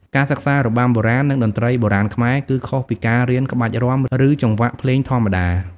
ការសិក្សា របាំបុរាណ និង តន្ត្រីបុរាណខ្មែរ គឺខុសពីការរៀនក្បាច់រាំ ឬចង្វាក់ភ្លេងធម្មតា។